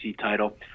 title